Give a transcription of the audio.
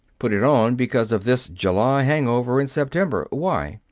put it on because of this july hangover in september. why?